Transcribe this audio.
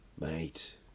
Mate